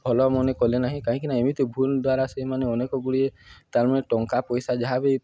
ଭଲ ମନେ କଲେ ନାହିଁ କାହିଁକିନା ଏମିତି ଭୁଲ୍ ଦ୍ୱାରା ସେଇମାନେ ଅନେକଗୁଡ଼ିଏ ତା'ର୍ ମାନେ ଟଙ୍କା ପଇସା ଯାହା ବି